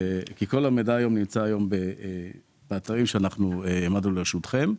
כי כל המידע נמצא היום באתרים שאנחנו העמדנו לרשותכם.